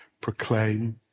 proclaim